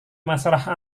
masalah